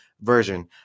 version